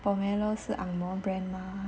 Pomelo 是 ang moh brand mah